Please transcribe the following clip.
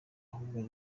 ahubwo